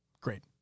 Great